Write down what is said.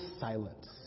silence